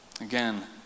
Again